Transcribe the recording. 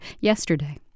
yesterday